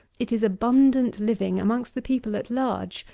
it is abundant living amongst the people at large,